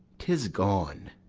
tis gone!